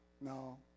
no